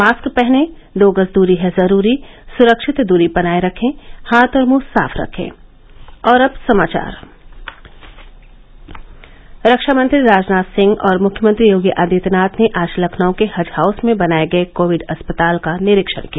mask पहनें दो गज दूरी है जरूरी सुरक्षित दूरी बनाये रखें हाथ और मुंह साफ रखे रक्षामंत्री राजनाथ सिंह और मुख्यमंत्री योगी आदित्यनाथ ने आज लखनऊ के हज हाउस में बनाये गये कोविड अस्पताल का निरीक्षण किया